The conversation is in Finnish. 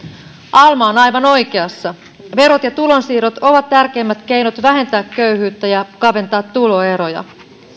alma on aivan oikeassa verot ja tulonsiirrot ovat tärkeimmät keinot vähentää köyhyyttä ja kaventaa tuloeroja